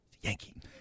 Yankee